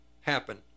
happen